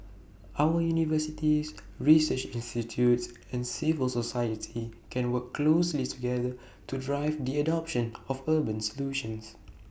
our universities research institutes and civil society can work closely together to drive the adoption of urban solutions